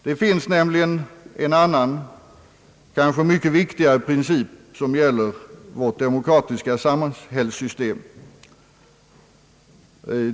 Det finns nämligen en annan kanske mycket viktigare princip som gäller vårt demokratiska samhällssystem.